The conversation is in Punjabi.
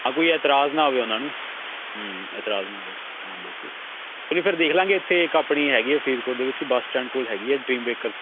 ਹਾਂ ਕੋਈ ਐਤਰਾਜ਼ ਨਾ ਹੋਵੇ ਉਨ੍ਹਾਂ ਨੂੰ ਹੂੰ ਐਤਰਾਜ਼ ਨਾ ਹੋਵੇ ਹਾਂ ਬਿਲਕੁਲ ਚੱਲ ਫੇਰ ਦੇਖਲਾਂਗੇ ਏਥੇ ਇੱਕ ਆਪਣੀ ਹੈਗੀ ਹੈ ਫਰੀਦਕੋਟ ਦੇ ਵਿੱਚ ਬੱਸ ਸਟੈਂਡ ਕੋਲ ਹੈਗੀ ਹੈ ਡ੍ਰੀਮ ਬੇਕਰਸ